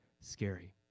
scary